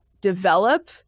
develop